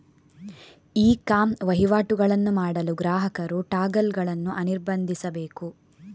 E com ವಹಿವಾಟುಗಳನ್ನು ಮಾಡಲು ಗ್ರಾಹಕರು ಟಾಗಲ್ ಗಳನ್ನು ಅನಿರ್ಬಂಧಿಸಬೇಕು